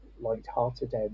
light-hearted